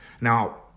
Now